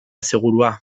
segurua